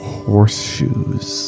horseshoes